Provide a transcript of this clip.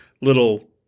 Little